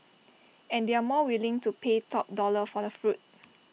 and they are more willing to pay top dollar for the fruit